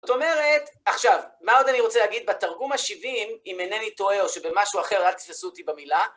זאת אומרת, עכשיו, מה עוד אני רוצה להגיד בתרגום ה-70 אם אינני טועה או שבמשהו אחר אל תתפסו אותי במילה?